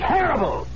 Terrible